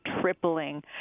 tripling